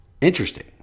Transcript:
Interesting